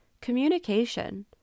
communication